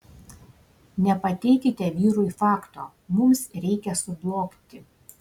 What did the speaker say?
nepateikite vyrui fakto mums reikia sublogti